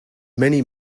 many